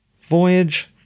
Voyage